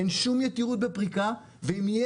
אין שום יתירות בפריקה,